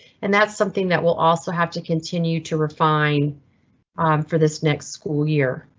and that's something that will also have to continue to refine for this next school year.